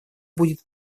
будет